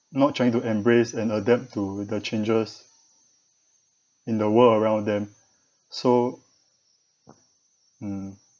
not trying to embrace and adapt to the changes in the world around them so mm